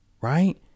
right